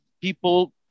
people